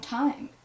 time